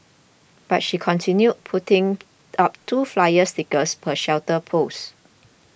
but she continued putting up two flyer stickers per shelter post